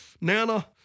Nana